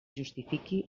justifique